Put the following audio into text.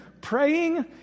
praying